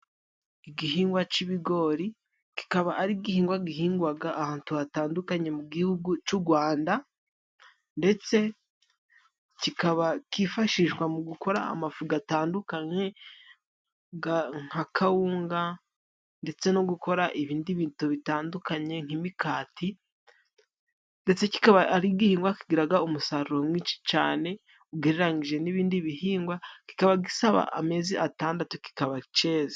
Ighingwa cy'ibigori kikaba ari igihingwa gihingwa ahantu hatandukanye mu gihugu cy'u Rwanda, ndetse kikaba cyifashishwa mu gukora amafu atandukanye nka kawunga, ndetse no gukora ibindi bintu bitandukanye nk'imikati ,ndetse kikaba ari igihingwa kigira umusaruro mwinshi cyane ugereranyije n'ibindi bihingwa. Kikaba gisaba amezi atandatu kikaba cyeze.